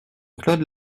claude